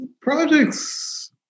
Projects